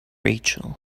rachel